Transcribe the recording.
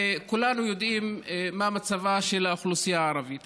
וכולנו יודעים מה מצבה של האוכלוסייה הערבית.